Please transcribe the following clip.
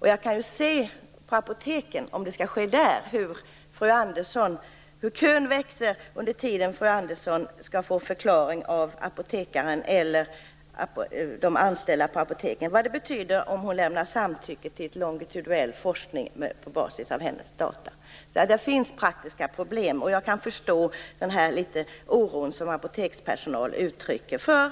När det gäller apoteken kan jag se hur kön växer bakom fru Andersson under tiden som hon får förklarat av någon anställd på apoteket vad det innebär att lämna samtycke till longitudinell forskning på basis av hennes data. Det finns alltså praktiska problem, och jag kan förstå den oro som apotekspersonalen uttrycker för